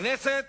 הכנסת